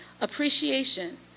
appreciation